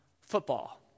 football